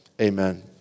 Amen